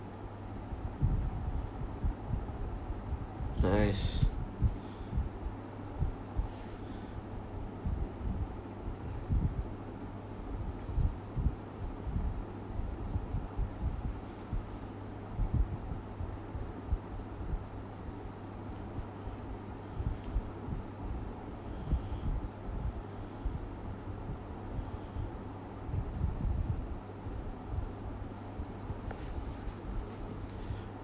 nice